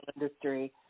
industry